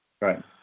Right